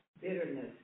bitterness